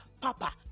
papa